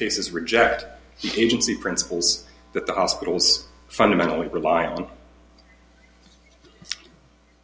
cases reject he agency principles that the hospitals fundamentally rely on